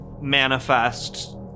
manifest